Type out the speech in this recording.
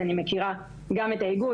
אז אני מכירה גם את האיגוד,